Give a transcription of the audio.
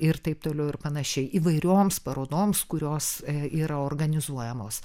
ir taip toliau ir panašiai įvairioms parodoms kurios yra organizuojamos